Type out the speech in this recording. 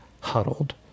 huddled